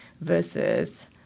versus